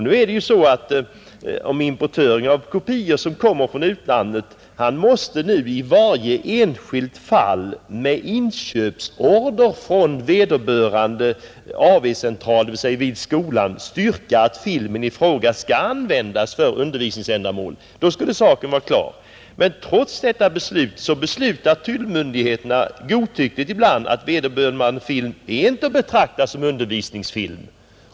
Nu är det så att en importör av kopior måste i varje enskilt fall med inköpsorder från vederbörande AV-central vid skolan styrka att filmen i fråga skall användas för undervisningsändamål. Då skulle saken vara klar. Men trots detta beslutar tullmyndigheterna ibland godtyckligt att vederbörande film inte är att betrakta som undervisningsfilm.